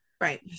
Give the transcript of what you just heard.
right